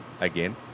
again